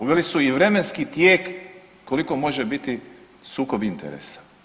Uveli su i vremenski tijek koliko može biti sukob interesa.